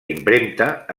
impremta